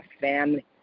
family